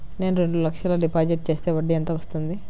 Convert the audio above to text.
నేను రెండు లక్షల డిపాజిట్ చేస్తే వడ్డీ ఎంత వస్తుంది?